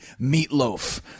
meatloaf